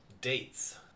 dates